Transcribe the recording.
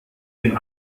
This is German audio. den